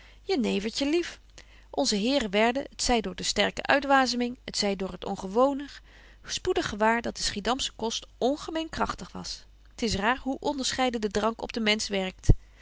jenevertje lief onze heren werden t zy door de sterke uitwazeming t zy door het ongewone spoedig gewaar dat de schiedamsche kost ongemeen kragtig was t is raar hoe onderscheiden de drank op den betje wolff